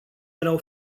erau